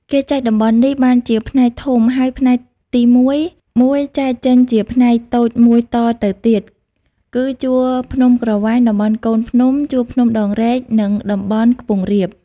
គេចែកតំបន់នេះបានជាផ្នែកធំ ហើយផ្នែកទីមួយ១ ចែកចេញជាផ្នែក តូច១តទៅទៀត គឺ ជួរភ្នំក្រវាញ តំបន់កូនភ្នំ ជួរភ្នំដងរែក និង តំបន់ខ្ពង់រាប ។